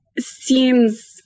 seems